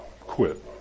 quit